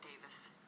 Davis